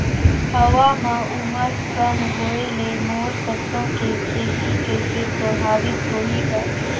हवा म उमस कम होए ले मोर सरसो के खेती कइसे प्रभावित होही ग?